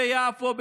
ביפו,